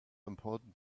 important